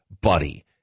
Buddy